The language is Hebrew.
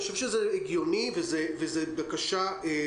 אני חושב שזה הגיוני, אני חושב שזו בקשה סבירה.